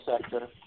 sector